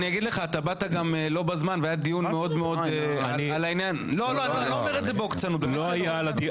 לא הגעת בזמן והיה דיון מאוד- -- על מה שאמרתי לא היה דיון.